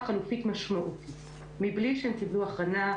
חלופית משמעותית מבלי שהם קיבלו הכנה,